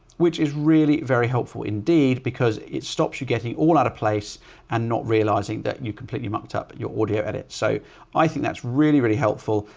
which is really very helpful indeed, because it stops you getting all out of place and not realizing that you completely mucked up but your audio edits. so i think that's really, really helpful.